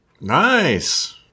Nice